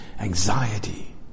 anxiety